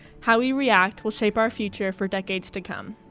how we react will shape our future for decades to come.